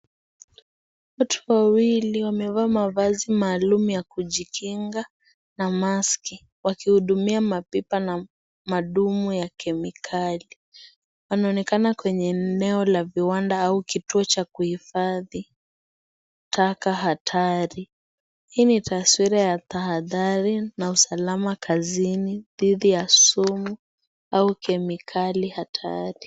Watu wawili wamevaa mavazi maalum ya kujikinga na maski wakihudumia mapipa na madumu ya kemikali. Wanaonekana kwenye eneo la viwanda au kituo cha kuhifadhi taka hatari. Hii ni taswaira ya tahadhari na usalama kazini dhidi ya sumu au kemikali hatari.